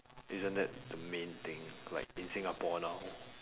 isn't that the main thing like in singapore now